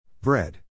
Bread